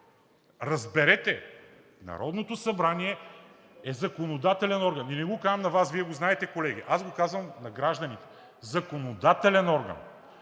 Разберете! Народното събрание е законодателен орган – и не го казвам на Вас, Вие го знаете, колеги, аз го казвам на гражданите – законодателен орган.